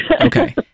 Okay